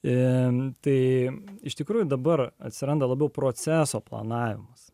ir tai iš tikrųjų dabar atsiranda labiau proceso planavimas